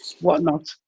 whatnot